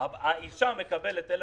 שזאת סיבה לא מספיק טובה ולא מספיק מתאימה.